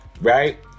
Right